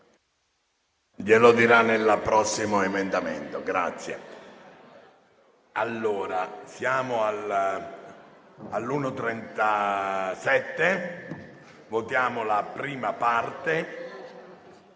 Lo dirà nel prossimo emendamento, grazie.